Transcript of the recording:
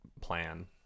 plan